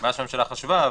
מה שהממשלה חשבה.